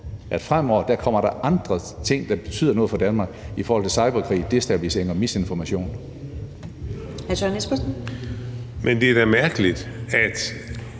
der fremover kommer andre ting, der betyder noget for Danmark, i forhold til cyberkrig, destabilisering og misinformation. Kl. 13:48 Første